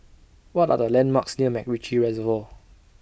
What Are The landmarks near Macritchie Reservoir